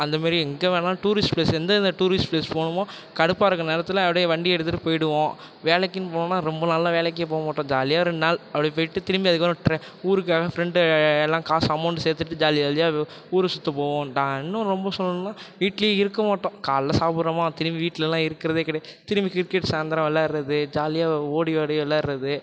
அந்த மாரி எங்கே வேணாலும் டூரிஸ்ட் பிளேஸ் எந்தெந்த டூரிஸ்ட் பிளேஸ் போகணுமோ கடுப்பாக இருக்கற நேரத்தில் அப்படியே வண்டியை எடுத்துகிட்டு போயிடுவோம் வேலைக்குன்னு போனோம்னால் ரொம்ப நாளெலாம் வேலைக்கே போகமாட்டோம் ஜாலியாக ரெண்டு நாள் அப்படியே போயிட்டு திரும்பி அதுக்கப்புறம் ட்ர ஊருக்கு எல்லாம் ஃப்ரெண்டு எல்லாம் காசு அமௌண்ட் சேர்த்துட்டு ஜாலி ஜாலியாக ஊரை சுற்ற போவோம் டா இன்னும் ரொம்ப சொல்லணும்னால் வீட்டிலயே இருக்க மாட்டோம் காலைல சாப்பிடுறோமா திரும்பி வீட்டிலலாம் இருக்கிறதே கிடையாது திரும்பி கிரிக்கெட் சாயந்திரம் விளாடுறது ஜாலியாக ஓடி ஆடி விளாடுறது